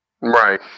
Right